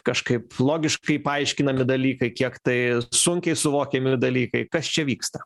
kažkaip logiškai paaiškinami dalykai kiek tai sunkiai suvokiami dalykai kas čia vyksta